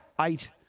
eight